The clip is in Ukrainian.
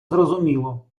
зрозуміло